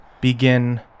Begin